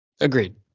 Agreed